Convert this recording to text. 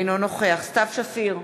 אינו נוכח סתיו שפיר,